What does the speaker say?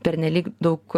pernelyg daug